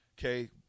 okay